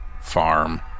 farm